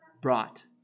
brought